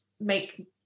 make